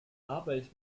arbeit